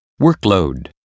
Workload